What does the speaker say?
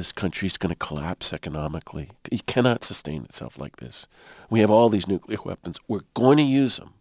this country's going to collapse economically cannot sustain itself like this we have all these nuclear weapons we're going to use them